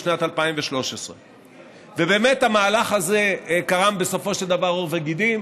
בשנת 2013. ובאמת המהלך הזה בסופו של דבר קרם עור וגידים,